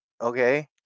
okay